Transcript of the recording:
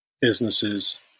businesses